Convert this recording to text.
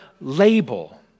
label